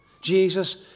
Jesus